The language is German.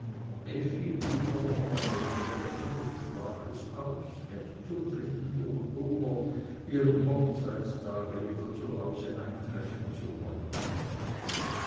blieb aber noch eine woche länger und sprach es aus erst zum dritten oktober ihrem hochzeitstag wieder zu hause eintreffen zu wollen